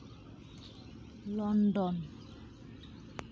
London